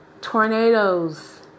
tornadoes